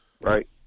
right